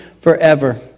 forever